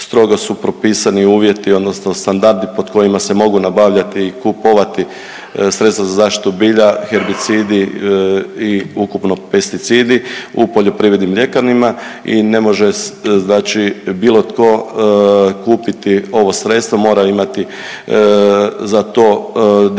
strogo su propisani uvjeti odnosno standardi pod kojima se mogu nabavljati i kupovati sredstva za zaštitu bilja, herbicidi i ukupno pesticidi u poljoprivrednim ljekarnama i ne može znači bilo tko kupiti ovo sredstvo, mora imati za to definiranu